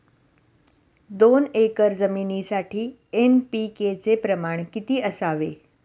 दोन एकर जमिनीसाठी एन.पी.के चे प्रमाण किती असावे?